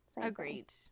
Agreed